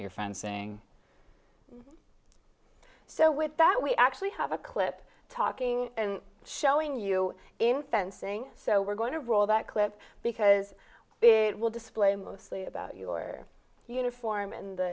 you're fencing so with that we actually have a clip talking and showing you in fencing so we're going to roll that clip because it will display mostly about your uniform and